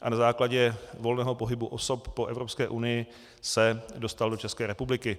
A na základě volného pohybu osob po Evropské unii se dostal do České republiky.